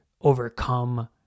overcome